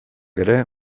ere